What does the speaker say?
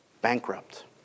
bankrupt